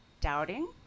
doubting